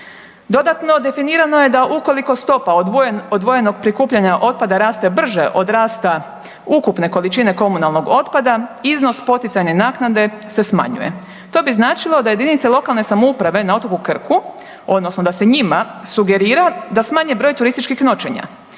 Dodatno, definirano je da ukoliko stopa odvojenog prikupljanja otpada raste brže od rasta ukupne količine komunalnog otpada, iznos poticajne naknade se smanjuje. To bi značilo da JLS-ovi na otoku Krku odnosno da se njima sugerira da smanje broj turističkih noćenja.